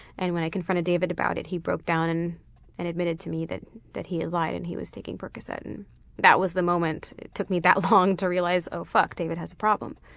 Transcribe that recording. and when i confronted david about it he broke down and and admitted to me that that he had lied and he was taking percoset. and that was the moment. it took me that long to realize oh fuck, david has a problem.